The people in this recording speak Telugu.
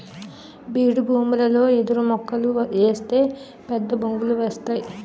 బీడుభూములలో ఎదురుమొక్కలు ఏస్తే పెద్దబొంగులు వస్తేయ్